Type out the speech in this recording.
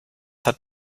hat